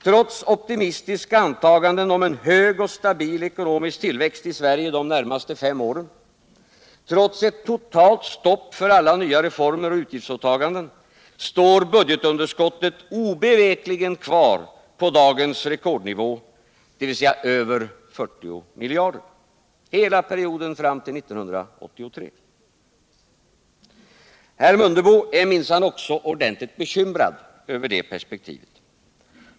Trots optimistiska antaganden om en hög och stabil ekonomisk tillväxt i Sverige de närmaste fem åren, trots ett totalt stopp för alla nya reformer och utgiftsåtaganden, står budgetunderskottet obevekligt kvar på dagens rekordnivå, dvs. över 40 miljarder hela perioden fram till år 1983. Herr Mundebo är minsann också ordentligt bekymrad över det perspektivet.